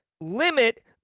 limit